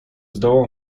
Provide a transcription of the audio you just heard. zdołam